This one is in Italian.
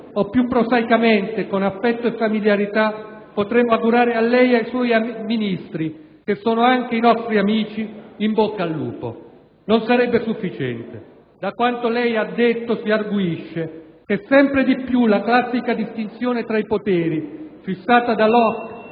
o più prosaicamente, con affetto e familiarità, potremmo augurare a lei e ai suoi Ministri, che sono anche i nostri amici, in bocca al lupo. Non sarebbe sufficiente. Da quanto lei ha detto si arguisce che sempre di più la classica distinzione tra i poteri fissata da Locke